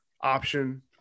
option